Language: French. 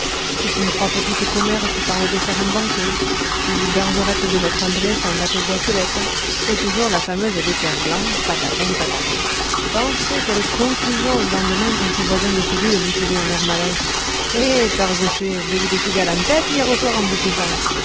ce sont trois petites commères qui parlent de faire un banquet ou bergerette de maître andré s'en va t au bois seulette et toujours la fameuse des pères blancs patatin patatan pensez quelle confusion le lendemain quand ses voisins de cellule lui faisaient d'un air malin eh eh père gaucher vous aviez des cigales en tête hier soir en